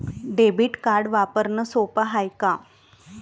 Debit card वापरणं सोप हाय का?